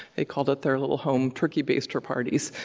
they called it their little home turkey baster parties.